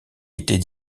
était